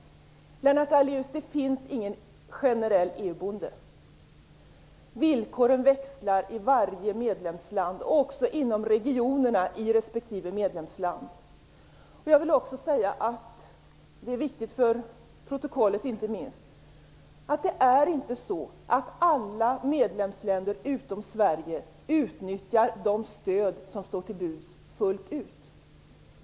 Det finns ingen generell EU-bonde, Lennart Daléus. Villkoren växlar mellan varje medlemsland, och också inom regionerna i respektive medlemsland. Jag vill också säga - det är viktigt för protokollet, inte minst - att det inte är så att alla medlemsländer utom Sverige utnyttjar de stöd som står till buds fullt ut.